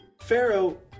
Pharaoh